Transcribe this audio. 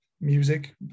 music